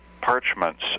parchments